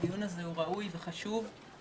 הדיון הזה ראוי וחשוב.